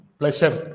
pleasure